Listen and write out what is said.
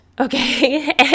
okay